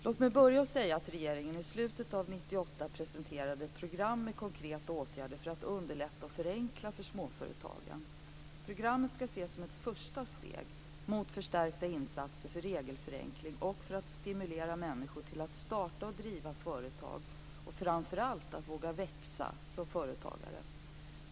Låt mig börja med att säga att regeringen i slutet av 1998 presenterade ett program med konkreta åtgärder för att underlätta och förenkla för småföretagen. Programmet skall ses som ett första steg mot förstärkta insatser för regelförenkling och för att stimulera människor till att starta och driva företag och framför allt våga växa som företagare.